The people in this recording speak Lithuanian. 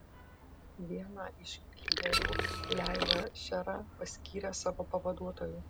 vieną iš lyderių leivą šerą paskyrė savo pavaduotoju